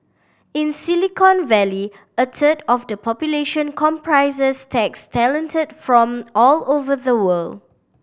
in Silicon Valley a third of the population comprises techs talented from all over the world